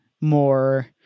more